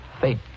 Fate